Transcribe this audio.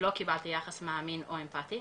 לא קיבלתי יחס מאמין או אמפתי,